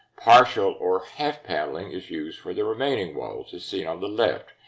partial or half-paneling is used for the remaining walls as seen on the left,